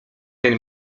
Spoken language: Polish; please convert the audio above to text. ten